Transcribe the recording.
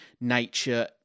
nature